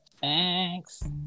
Thanks